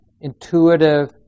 intuitive